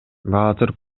баатыр